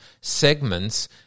segments